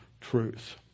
truth